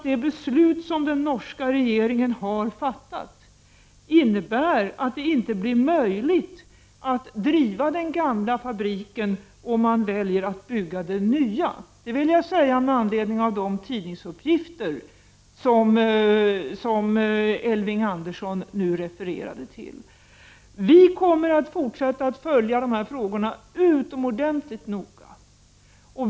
De beslut som den norska regeringen har fattat innebär att det inte blir möjligt att driva den gamla fabriken om man väljer att bygga den nya. Det vill jag säga med anledning av de tidningsuppgifter som Elving Andersson refererade till. Vi kommer att fortsätta att följa de här frågorna utomordentligt noga.